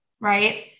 Right